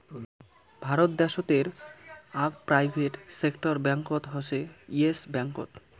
ভারত দ্যাশোতের আক private sector ব্যাঙ্কত হসে ইয়েস ব্যাঙ্কত